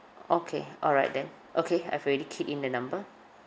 okay alright then okay I've already keyed in the number